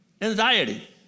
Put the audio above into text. Anxiety